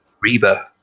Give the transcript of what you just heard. Reba